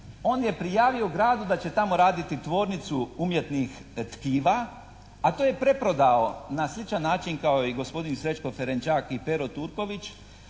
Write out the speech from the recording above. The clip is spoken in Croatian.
On je prijavio gradu da će tamo raditi tvornicu umjetnih tkiva a to je preprodao na sličan način kao i gospodin Srećko Ferenčak i Pero Turković,